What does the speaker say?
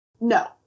No